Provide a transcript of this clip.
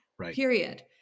Period